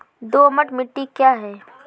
दोमट मिट्टी क्या है?